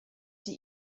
die